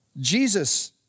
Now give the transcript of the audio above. Jesus